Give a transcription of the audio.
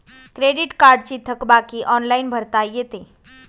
credit कार्डची थकबाकी online भरता येते